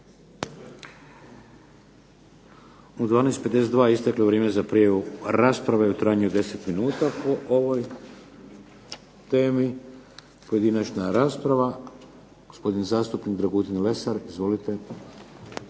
U 12,52 isteklo je vrijeme za prijavu rasprave u trajanju od 10 minuta po ovoj temi. Pojedinačna rasprava. Gospodin zastupnik Dragutin Lesar. Izvolite.